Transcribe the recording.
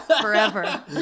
forever